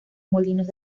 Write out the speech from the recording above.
molinos